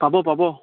পাব পাব